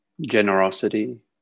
Generosity